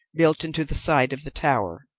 built into the side of the tower.